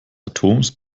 atoms